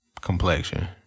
complexion